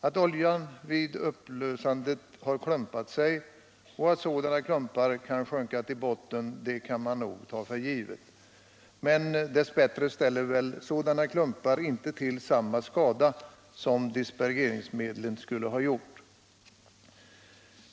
Att oljan vid upplösandet har klumpat sig och att sådana klumpar kan sjunka till botten kan man nog ta för givet. Men dess bättre ställer väl sådana klumpar inte till samma skada som dispergeringsmedel skulle ha gjort.